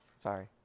Sorry